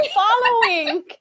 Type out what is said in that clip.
following